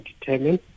determined